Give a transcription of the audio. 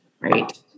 right